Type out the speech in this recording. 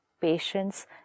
patience